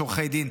יש עורכי דין,